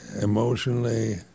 emotionally